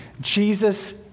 Jesus